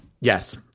Yes